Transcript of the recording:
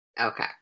Okay